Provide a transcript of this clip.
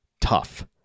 tough